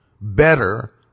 better